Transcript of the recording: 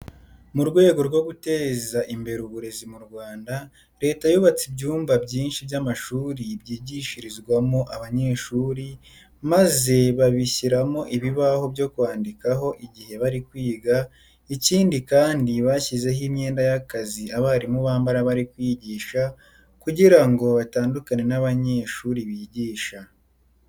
Mu rwego rwo guteza imbere uburezi mu Rwanda, leta yubatse ibyumba byinshi by'amashuri byigishirizwamo abanyeshuri maze babishyiramo ibibaho byo kwandikaho igihe bari kwiga, ikindi kandi bashyizeho imyenda y'akazi abarimu bambara bari kwigisha kugira ngo batandukane n'abanyeshuri bigisha.